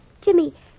Jimmy